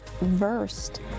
versed